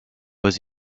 was